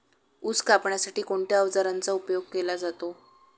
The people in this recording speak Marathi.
ऊस कापण्यासाठी कोणत्या अवजारांचा उपयोग केला जातो?